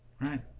right